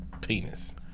Penis